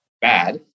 bad